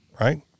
right